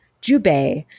Jubei